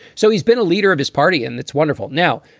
so he's been a leader of his party. and that's wonderful. now,